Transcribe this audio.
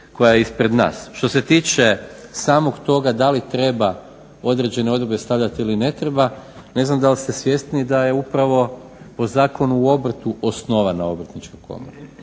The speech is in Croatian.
koja je ispred nas. Što se tiče samog toga da li treba određene odredbe stavljati ili ne treba ne znam da li ste svjesni da je upravo u Zakonu o obrtu osnovana Obrtnička komora?